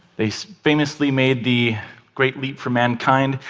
they so famously made the great leap for mankind.